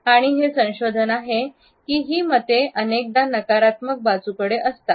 आणि हे संशोधन आहे की ही मते अनेकदा नकारात्मक बाजूकडे असतात